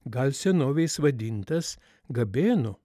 gal senovės vadintas gabėnu